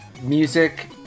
music